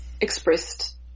expressed